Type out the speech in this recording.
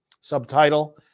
subtitle